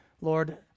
Lord